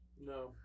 No